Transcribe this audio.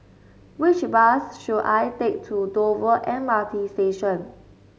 which bus should I take to Dover M R T Station